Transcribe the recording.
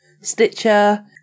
stitcher